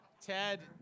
Ted